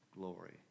glory